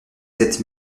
sept